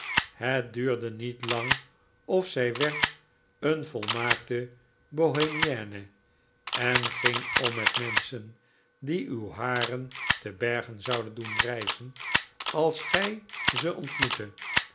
het duurde niet lang of zij werd een volmaakte bohemienne en ging om met menschen die uw haren te berge zouden doen rijzen als gij ze ontmoette